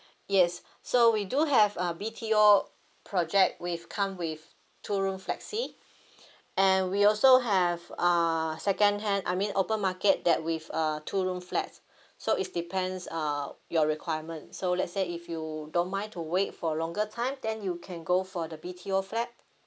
yes so we do have uh B_T_O project with come with two room flexi and we also have uh secondhand I mean open market that with uh two room flats so it's depends uh your requirement so let's say if you don't mind to wait for a longer time then you can go for the B_T_O flat